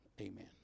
amen